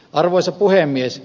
arvoisa puhemies